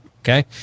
okay